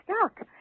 stuck